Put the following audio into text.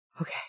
Okay